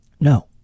No